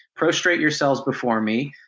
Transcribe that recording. prostate yourselves before me.